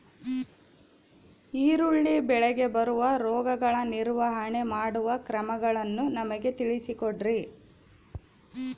ಈರುಳ್ಳಿ ಬೆಳೆಗೆ ಬರುವ ರೋಗಗಳ ನಿರ್ವಹಣೆ ಮಾಡುವ ಕ್ರಮಗಳನ್ನು ನಮಗೆ ತಿಳಿಸಿ ಕೊಡ್ರಿ?